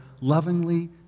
lovingly